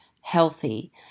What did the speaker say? healthy